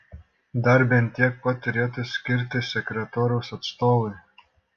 dar bent tiek pat turėtų skirti sektoriaus atstovai